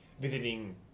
Visiting